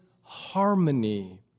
harmony